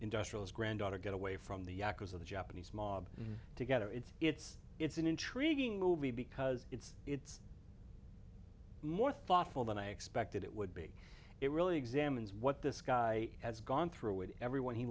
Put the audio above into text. industrials granddaughter get away from the yakkers of the japanese mob together it's it's it's an intriguing movie because it's it's more thoughtful than i expected it would be it really examines what this guy has gone through with everyone he